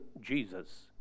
Jesus